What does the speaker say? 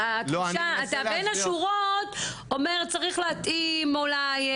בין השורות אתה אומר שצריך להתאים אולי...